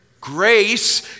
Grace